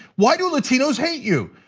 why do latinos hate you?